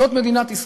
זאת מדינת ישראל.